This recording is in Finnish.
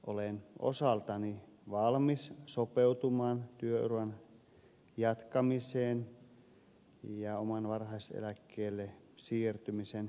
olen osaltani valmis sopeutumaan työuran jatkamiseen ja oman varhaiseläkkeelle siirtymiseni lykkäämiseen